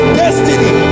destiny